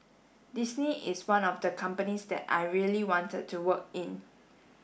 Disney is one of the companies that I really wanted to work in